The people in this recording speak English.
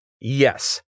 Yes